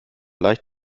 leicht